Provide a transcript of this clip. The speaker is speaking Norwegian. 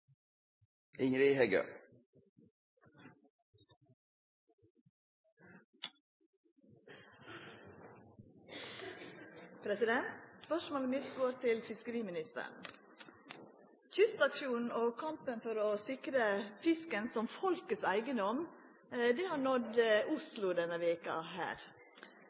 Spørsmålet mitt går til fiskeriministeren. Kystaksjonen og kampen for å sikra fisken som folkets eigedom har nådd Oslo denne veka.